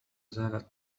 زالت